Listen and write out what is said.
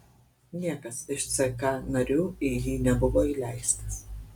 niekas iš ck narių į jį nebuvo įleistas